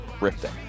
Rifting